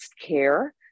care